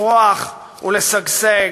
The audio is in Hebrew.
לפרוח ולשגשג,